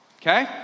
Okay